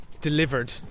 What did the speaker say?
delivered